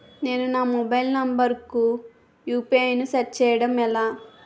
నేను నా mobile number కుయు.పి.ఐ ను సెట్ చేయడం ఎలా?